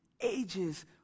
ages